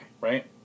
right